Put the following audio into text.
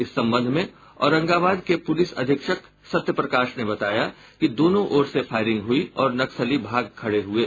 इस संबंध में औरंगाबाद के पुलिस अधीक्षक सत्य प्रकाश ने बताया कि दोनों ओर से फायरिंग हुयी और नक्सली भाग खड़े हुये